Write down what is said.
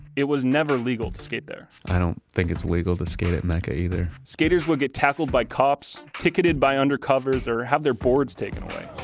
it was never legal to skate there i don't think it's legal to skate at mecca either. skaters would get tackled by cops, ticketed by under-covers, or have their boards taken away.